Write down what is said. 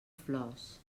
flors